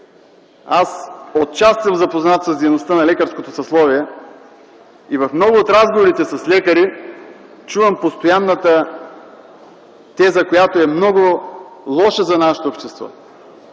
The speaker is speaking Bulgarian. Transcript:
Аз отчасти съм запознат с дейността на лекарското съсловие и в много от разговорите с лекари чувам постоянната теза, която е много лоша за нашето общество